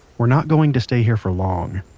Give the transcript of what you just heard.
we're not going to stay here for long,